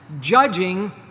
judging